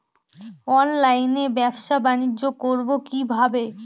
অনলাইনে ব্যবসা বানিজ্য করব কিভাবে?